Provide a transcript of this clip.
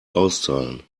auszahlen